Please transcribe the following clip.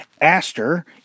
Aster